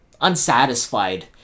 unsatisfied